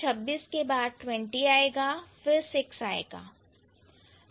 26 के बाद 20 है और फिर 6 है